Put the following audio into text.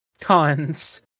tons